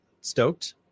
stoked